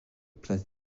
place